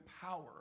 power